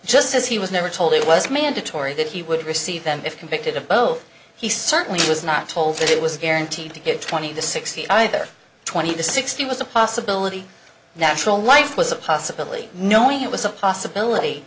just says he was never told he was mandatory that he would receive them if convicted of both he certainly was not told that it was guaranteed to get twenty to sixty either twenty to sixty was a possibility natural life was a possibility knowing it was a possibility